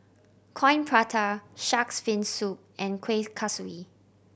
Coin Prata Shark's Fin Soup and Kueh Kaswi